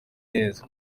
neza